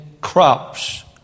crops